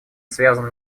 связана